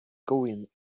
going